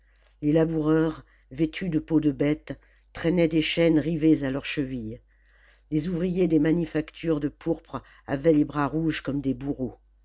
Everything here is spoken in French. les laboureurs vêtus de peaux de bêtes traînaient des chaînes rivées à leurs chevilles les ouvriers des manufactures de pourpre avaient les bras rouges comme des bourreaux